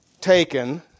taken